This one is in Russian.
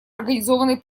организованной